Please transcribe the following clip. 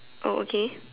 oh okay